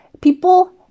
people